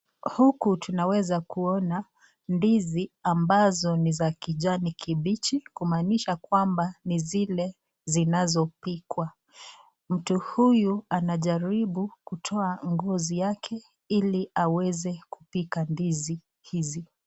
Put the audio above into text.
Huku tunaweza kuona ndizi ambazo ni za kijani kibichi kumaanisha kwamba ni zile zinazopikwa. Mtu huyo anajaribu kutoa ngozi yake ili aweze kupika ndizi hizi.